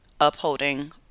upholding